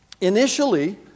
Initially